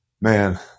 man